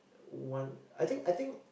one I think I think